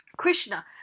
Krishna